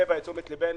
הסבה את תשומת ליבנו